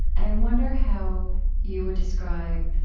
i wonder how you would describe